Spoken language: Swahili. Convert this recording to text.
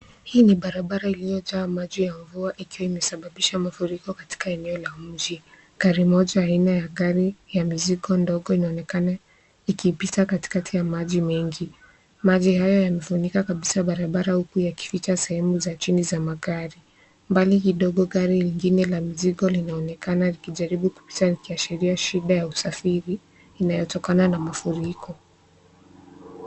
Hii ni barabara iliyojaa maji ya mvua ikiwa imesababisha mafuriko katika eneo la mji . Gari moja aina ya gari ya mizigo ndogo inaonekana ikipita katikati ya maji mengi . Maji hayo yamefunika kabia barabara huku yakificha sehemu za chini za magari . Mbali kidogo gari lingine la mizigo linaonekana likijaribu kupita ikiashiria shida ya usafiri inayotokana na mafuriko.